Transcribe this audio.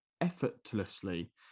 effortlessly